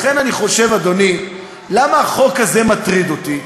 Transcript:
לכן אני חושב, אדוני, למה החוק הזה מטריד אותי?